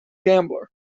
gambler